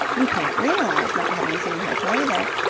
you can't realize, not having seen her play there,